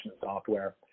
software